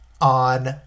on